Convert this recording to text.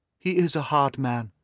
he is a hard man,